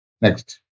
Next